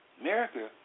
America